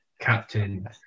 captain